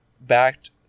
backed